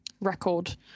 record